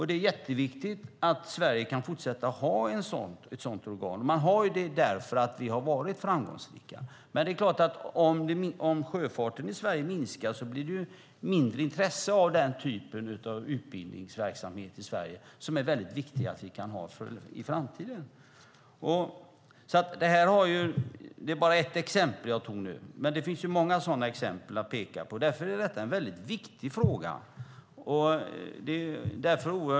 Det är mycket viktigt att Sverige kan fortsätta ha ett sådant organ. Vi har det därför att vi har varit framgångsrika. Men om sjöfarten i Sverige minskar blir det mindre intresse för den typen av utbildningsverksamhet i Sverige som det är mycket viktigt att vi kan ha i framtiden. Detta var bara ett exempel. Men det finns många sådana exempel att peka på. Därför är detta en mycket viktig fråga.